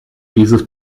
dieses